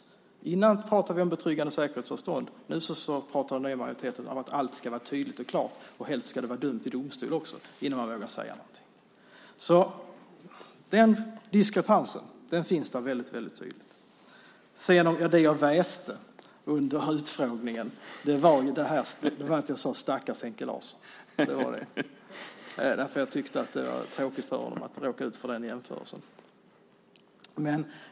Tidigare pratade vi om betryggande säkerhetsavstånd. Nu pratar ni i majoriteten om att allt ska vara tydligt och klart, och helst ska det vara dömt i domstol också innan man vågar säga någonting. Den diskrepansen finns där väldigt tydligt. Det jag väste under utfrågningen var: Stackars Henke Larsson! Jag tyckte att det var tråkigt för honom att råka ut för den jämförelsen.